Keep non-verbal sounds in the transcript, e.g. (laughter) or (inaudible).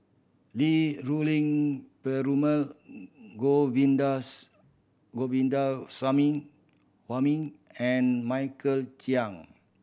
Li Rulin Perumal (unintelligible) and Michael Chiang